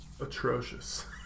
atrocious